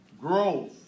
Growth